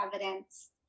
evidence